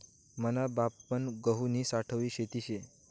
मना बापपन गहुनी सावठी खेती शे